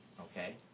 okay